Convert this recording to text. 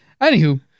Anywho